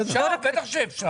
בטח שאפשר.